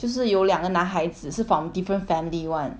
就是有两个男孩子是 from different family [one]